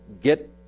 get